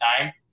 time